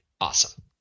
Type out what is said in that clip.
Awesome